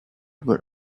were